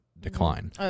decline